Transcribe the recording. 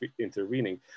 intervening